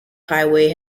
highway